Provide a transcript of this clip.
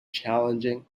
challenging